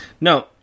No